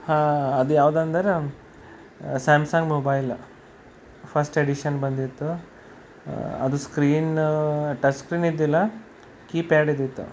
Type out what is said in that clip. ಅದು ಯಾವ್ದೆಂದರೆ Samsung mobile first edition ಬಂದಿತ್ತು ಅದು ಸ್ಕ್ರೀನ ಟಚ್ ಸ್ಕ್ರೀನ್ ಇದ್ದಿಲ್ಲ ಕೀ ಪ್ಯಾಡ್ ಇದ್ದಿತ್ತು